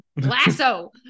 Lasso